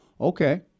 Okay